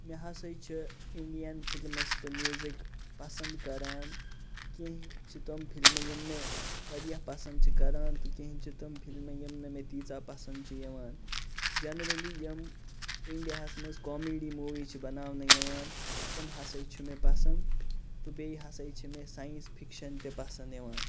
مےٚ ہَسا چھ اِنڈین فلمس تہٕ میوزِک پَسَنٛد کَران کینٛہہ چھِ تِم فلمہٕ یِم مےٚ واریاہ پَسَنٛد چھِ کَران تہٕ کینٛہہ چھِ تِم فلمہٕ یِم نہٕ مےٚ تیٖژاہ پَسَنٛد چھِ یِوان جَنرٔلی یِم اِنڈیا ہَس مَنٛز کامیڈی موٗوی چھِ بَناونہٕ یِوان تِم ہَسا چھِ مےٚ پَسَنٛد تہٕ بیٚیہِ ہَسا چھِ مےٚ ساینس فکشَن تہِ پَسَنٛد یِوان